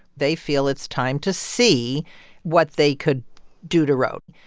they feel it's time to see what they could do to roe.